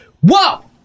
Whoa